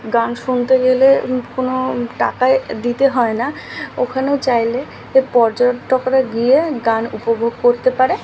গান শুনতে গেলে কোনো টাকাই দিতে হয় না ওখানে চাইলে এ পর্যটকরা গিয়ে গান উপভোগ করতে পারে